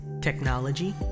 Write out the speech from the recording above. technology